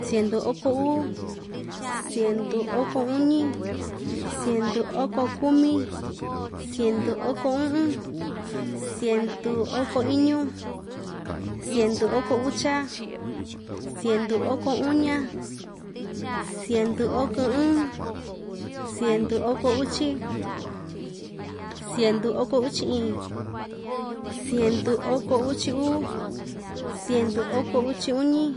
Siendu oko uu, siendu oko uñi, siendu oko kumi, siendu oko u'un, siendu oko iñu, siendu oko ucha, siendu oko uña, siendu oko ɨɨn, siendu oko uchi, siendu oko uchi iin, siendu oko uchi uu, siendu oko uchi uñi,